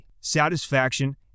satisfaction